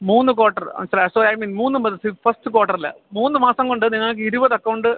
മൂന്ന് കോട്ടർ മനസിലായ so I mean മൂന്ന് ഫസ്റ്റ് ക്വാർട്ടറില് മൂന്ന് മാസം കൊണ്ട് നിങ്ങൾക്ക് ഇരുപത് അക്കൗണ്ട്